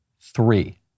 Three